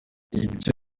ibyo